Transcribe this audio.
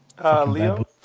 Leo